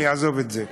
אני אעזוב את זה,